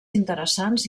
interessants